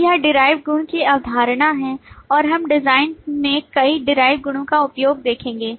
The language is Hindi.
तो यह derived गुणकी अवधारणा है और हम डिजाइन में कई derived गुणों का उपयोग देखेंगे